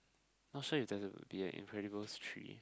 not sure if there's a the Incredible three